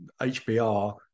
HBR